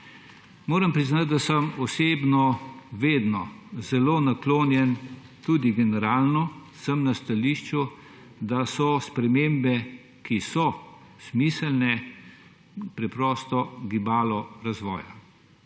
Moram priznati, da sem osebno vedno zelo naklonjen, tudi generalno sem na stališču, da so spremembe, ki so smiselne, preprosto gibalo razvoja.